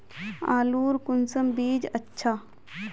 आलूर कुंसम बीज अच्छा?